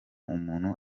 umuntu